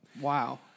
Wow